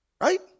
Right